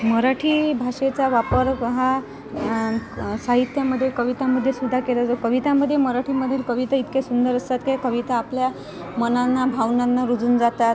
मराठी भाषेचा वापर हा साहित्यामध्ये कवितांमध्ये सुद्धा केला जाऊ कवितांमध्ये मराठीमधील कविता इतक्या सुंदर असतात काय कविता आपल्या मनांना भावनांना रुजून जातात